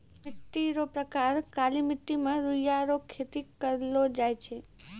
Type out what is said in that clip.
मिट्टी रो प्रकार काली मट्टी मे रुइया रो खेती करलो जाय छै